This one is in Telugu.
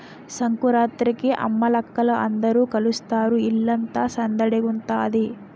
సంకురాత్రికి అమ్మలక్కల అందరూ కలుస్తారు ఇల్లంతా సందడిగుంతాది